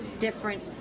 different